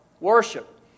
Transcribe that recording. worship